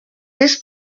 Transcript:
this